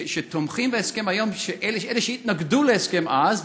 שתומכים בהסכם היום הם אלה שהתנגדו להסכם אז,